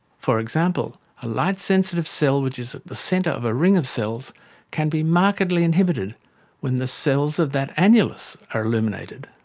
for example, a light-sensitive cell which is at the centre of a ring of cells can be markedly inhibited when the cells of that annulus are illuminated.